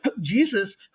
Jesus